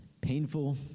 painful